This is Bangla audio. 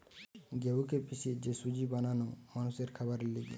গেহুকে পিষে যে সুজি বানানো মানুষের খাবারের লিগে